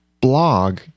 blog